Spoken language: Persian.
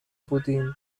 بودیم